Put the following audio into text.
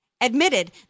admitted